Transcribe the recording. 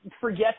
forget